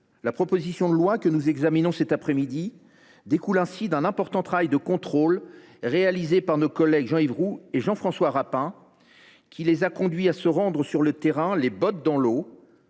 La proposition de loi que nous examinons cet après midi découle d’un important travail de contrôle réalisé par nos collègues Jean Yves Roux et Jean François Rapin, qui les a conduits à se rendre sur le terrain, les bottes dans l’eau,